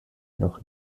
noch